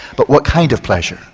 but what kind of pleasure?